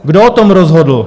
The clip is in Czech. Kdo o tom rozhodl?